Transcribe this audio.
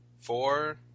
four